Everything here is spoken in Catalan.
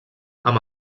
amb